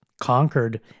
conquered